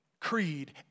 creed